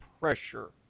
pressure